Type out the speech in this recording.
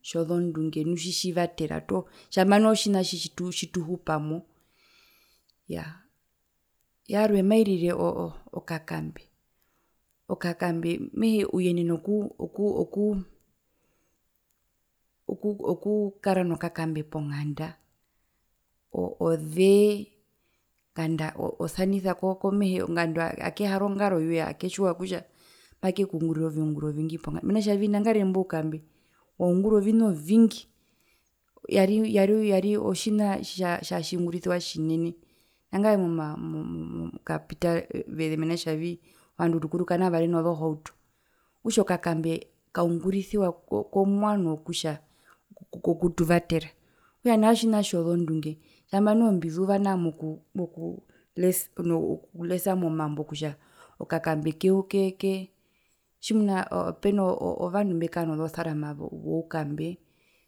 Tjozondunge nu tjitjivatera toho tjamba noho otjina tjituhupamo iyaa, yarwe mairire okakambe okakambe mehee uyenena oku oku oku okukara nokakambe ponganda ozee nganda osanisa ko ko mehee nganda akehara ongaroyoye okatjiwa kutja makekungurire oviungura ovingi ponganda mena tjavii nangarire imbo ukambe waungura ovina ovingi yari otji otji otjina tjatjiungurisiwa tjinene nangarire momaa morukapitaveze mena rokutjavii ovandu rukuru kana vari nozo hauto okutja okakambe kaungurisiwa ko komwano wokutuvatera okutja nao tjina tjozondunge haamba noho mbizuva nao moku mokuu lesa mokulesa momambo kutja okakambe keke keke tjimuna penovandu mbekara nozosarama zoukambe